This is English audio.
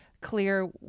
clear